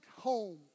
home